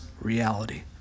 reality